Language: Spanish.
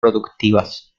productivas